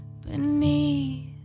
Beneath